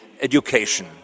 education